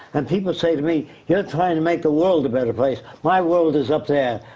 and people say to me you're trying to make the world a better place, my world is up there.